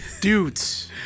dudes